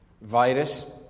virus